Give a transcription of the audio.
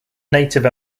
native